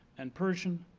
and persian,